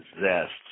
zest